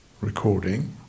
recording